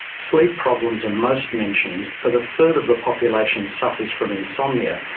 sleep problems are most mentioned, but a third of the population suffers from insomnia,